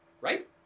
right